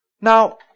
Now